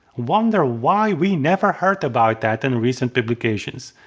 wonder why we never heard about that in recent publications,